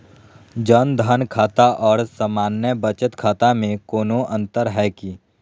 जन धन खाता और सामान्य बचत खाता में कोनो अंतर है की?